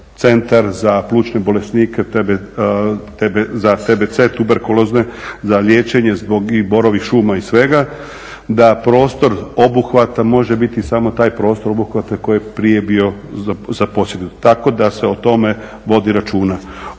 Centar za plućne bolesnike za TBC, tuberkulozne, za liječenje zbog i borovih šuma i svega, da prostor obuhvata može biti samo taj prostor obuhvata koji je prije bio …/Govornik se ne razumije./…. Tako da se o tome vodi računa.